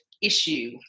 issue